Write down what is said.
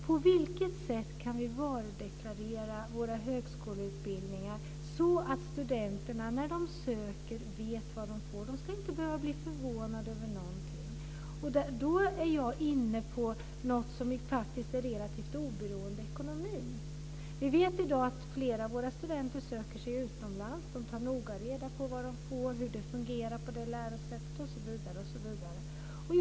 På vilket sätt kan vi varudeklarera våra högskoleutbildningar så att studenterna, när de söker, vet vad de får? De ska inte behöva bli förvånade över någonting. Då är jag inne på något som faktiskt är relativt oberoende ekonomin. Vi vet i dag att flera av våra studenter söker sig utomlands. De tar noga reda på vad de får, hur det fungerar på det lärosätet osv.